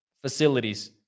facilities